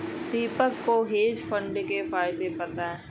दीपक को hedge fund के फायदे पता है